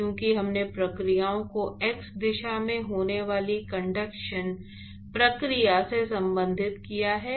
क्योंकि हमने प्रक्रियाओं को x दिशा में होने वाली कंडक्शन प्रक्रिया से संबंधित किया है